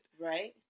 right